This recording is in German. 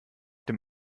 dem